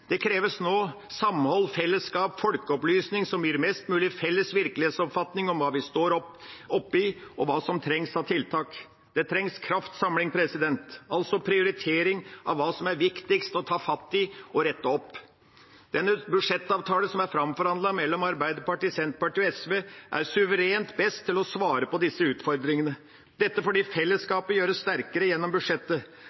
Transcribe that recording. Det kreves nå samhold, fellesskap og folkeopplysning som gir mest mulig felles virkelighetsoppfatning om hva vi står oppe i, og hva som trengs av tiltak. Det trengs kraftsamling, altså prioritering av hva som er viktigst å ta fatt i og rette opp. Den budsjettavtalen som er framforhandlet mellom Arbeiderpartiet, Senterpartiet og SV, er suverent best til å svare på disse utfordringene. Dette er fordi